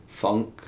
funk